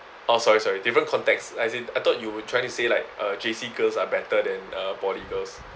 oh sorry sorry different context as in I thought you were trying to say like uh J_C girls are better than uh poly girls